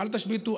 אל תשביתו,